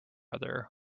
other